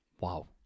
Wow